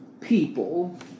people